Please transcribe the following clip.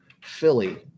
Philly